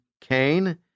Cain